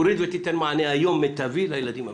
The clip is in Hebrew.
תוריד ותיתן מענה מיטבי היום לילדים המיוחדים.